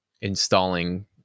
installing